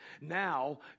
Now